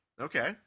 Okay